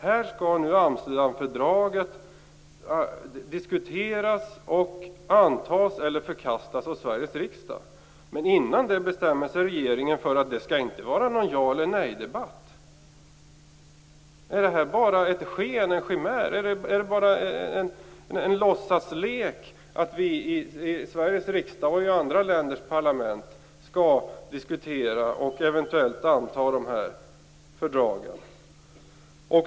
Här skall nu Amsterdamfördraget diskuteras och antas eller förkastas av Sveriges riksdag, men dessförinnan bestämmer sig regeringen för att det inte skall vara någon ja-eller-nej-debatt. Är det här bra ett sken, en chimär? Är det bara en låtsaslek att vi i Sveriges riksdag och i andra länders parlament skall diskutera och eventuellt anta fördragen?